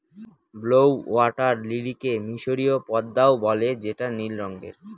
blue water লিলিকে মিসরীয় পদ্মাও বলে যেটা নীল রঙের